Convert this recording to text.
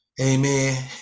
Amen